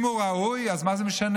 אם הוא ראוי, מה זה משנה